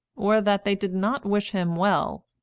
or that they did not wish him well.